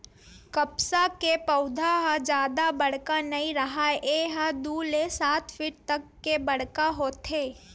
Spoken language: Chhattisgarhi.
कपसा के पउधा ह जादा बड़का नइ राहय ए ह दू ले सात फीट तक के बड़का होथे